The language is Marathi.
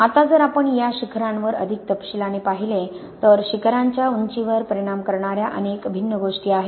आता जर आपण या शिखरांवर अधिक तपशीलाने पाहिले तर शिखरांच्या उंचीवर परिणाम करणाऱ्या अनेक भिन्न गोष्टी आहेत